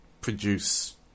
produce